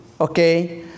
Okay